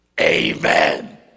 Amen